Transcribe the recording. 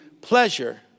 pleasure